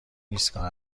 ایستگاه